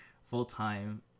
full-time